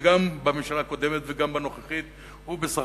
גם בממשלה הקודמת וגם בנוכחית הוא בסך